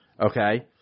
Okay